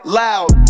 loud